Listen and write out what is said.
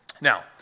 Now